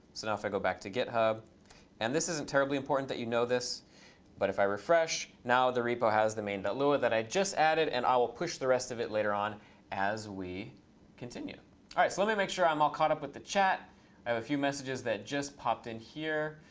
so now if i go back to github and this isn't terribly important that you know this but if i refresh, now the repo has the main dot but lua that i just added, and i will push the rest of it later on as we continue. all right, so let me make sure i'm all caught up with the chat. i have a few messages that just popped in here.